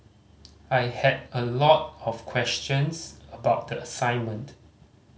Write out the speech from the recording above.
I had a lot of questions about the assignment